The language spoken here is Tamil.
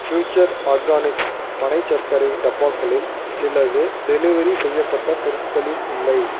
ஃப்யூச்சர் ஆர்கானிக்ஸ் பனை சர்க்கரை டப்பாக்களில் சிலது டெலிவெரி செய்யப்பட்ட பொருட்களில் இல்லை